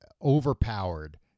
overpowered